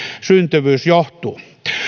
syntyvyys johtuu